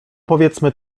powiedzmy